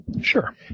Sure